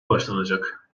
başlanacak